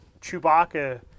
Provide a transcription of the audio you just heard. Chewbacca